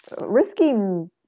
risking